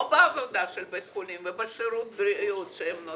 לא בעבודת בית החולים ובשירות שהוא נותן